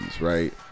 right